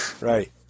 Right